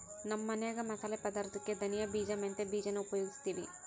ನಮ್ಮ ಮನ್ಯಾಗ ಮಸಾಲೆ ಪದಾರ್ಥುಕ್ಕೆ ಧನಿಯ ಬೀಜ, ಮೆಂತ್ಯ ಬೀಜಾನ ಉಪಯೋಗಿಸ್ತೀವಿ